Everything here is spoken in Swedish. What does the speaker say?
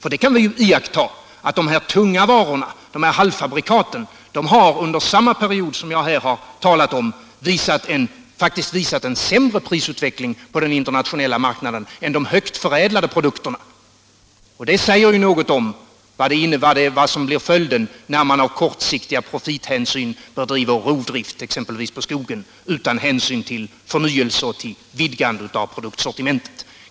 Vi kan iaktta att de tunga varorna, dessa halvfabrikat, under samma period som jag här har talat om faktiskt har visat en sämre prisutveckling på den internationella marknaden än de högt förädlade produkterna. Det säger något om vad som blir följden när man av kortsiktiga profithänsyn bedriver rovdrift exempelvis på skogen utan hänsyn till förnyelse och vidgande av produktsortimentet.